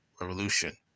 Revolution